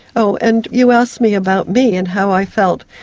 oh, and you asked me about me and how i felt.